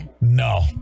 no